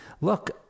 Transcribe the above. look